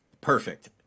perfect